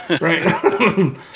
Right